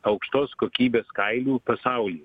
aukštos kokybės kailių pasauly